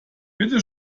bitte